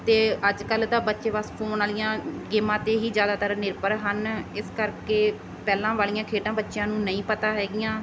ਅਤੇ ਅੱਜ ਕੱਲ੍ਹ ਦੇ ਬੱਚੇ ਬਸ ਫੋਨ ਵਾਲੀਆਂ ਗੇਮਾਂ 'ਤੇ ਹੀ ਜ਼ਿਆਦਾਤਰ ਨਿਰਭਰ ਹਨ ਇਸ ਕਰਕੇ ਪਹਿਲਾਂ ਵਾਲੀਆਂ ਖੇਡਾਂ ਬੱਚਿਆਂ ਨੂੰ ਨਹੀਂ ਪਤਾ ਹੈਗੀਆਂ